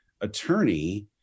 attorney